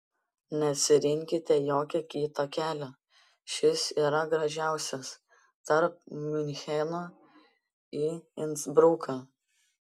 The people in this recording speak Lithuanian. nesirinkite jokio kito kelio šis yra gražiausias tarp miuncheno į insbruką